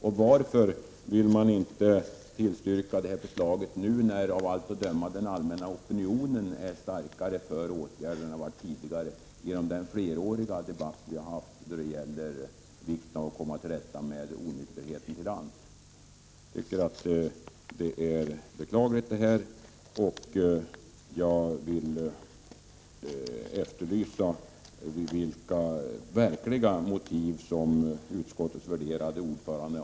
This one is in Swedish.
Och varför vill man inte tillstyrka förslaget nu när den allmänna opinionen av allt att döma är mera för åtgärder än den tidigare har varit — detta tack vare den debatt som förts under flera år då det gäller vikten av att komma till rätta med onykterheten till lands? Jag tycker att det här är beklagligt. Jag efterlyser de verkliga motiven, utskottets värderade ordförande!